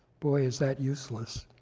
boy, is that useless.